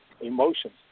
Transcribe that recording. emotions